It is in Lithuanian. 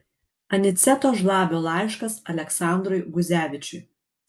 aniceto žlabio laiškas aleksandrui guzevičiui